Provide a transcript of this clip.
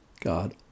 God